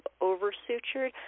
over-sutured